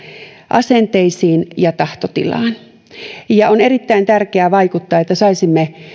asenteisiin ja tahtotilaan ja on erittäin tärkeää vaikuttaa että saisimme